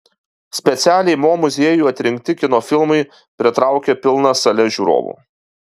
specialiai mo muziejui atrinkti kino filmai pritraukia pilnas sales žiūrovų